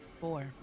four